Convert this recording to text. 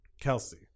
kelsey